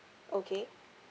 okay